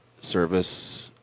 service